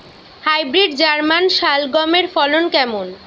Hybrid German শালগম এর ফলন কেমন?